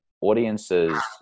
audiences